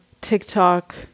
TikTok